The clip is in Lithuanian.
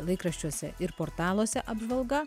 laikraščiuose ir portaluose apžvalga